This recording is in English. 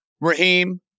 Raheem